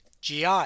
GI